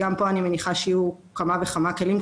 גם פה אני מניחה שיהיו כמה וכמה כלים,